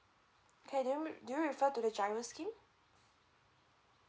okay do you do you refer to the GIRO scheme